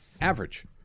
average